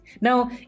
Now